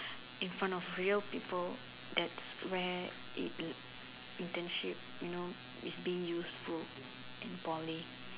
in front of real people that's where internship you know is being useful in Poly